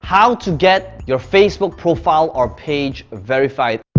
how to get your facebook profile or page verified.